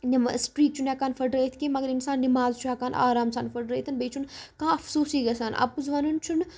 streak چھُنہٕ ہٮ۪کان پھٕٹرٲیِتھ کیٚنٛہہ مگر اِنسان نِماز چھُ ہٮ۪کان آرام سان پھٕٹرٲیِتھ تہٕ بیٚیہِ چھُنہٕ کانٛہہ اَفسوٗسٕے گژھان اَپُز وَنُن چھُنہٕ